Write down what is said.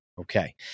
Okay